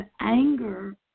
anger